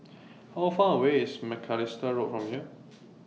How Far away IS Macalister Road from here